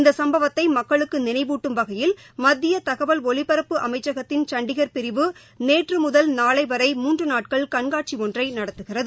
இந்தசம்பவத்தைமக்களுக்குநினைவூட்டும் வகையில் மத்தியதகவல் ஒலிபரப்பு அமைச்சகத்தின் சண்டிகர் பிரிவு நேற்றுமுதல் நாளைவரை மூன்றுநாட்கள் கண்காட்சிஒன்றைநடத்துகிறது